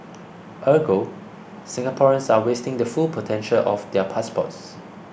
Ergo Singaporeans are wasting the full potential of their passports